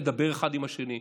לדבר אחד עם השני,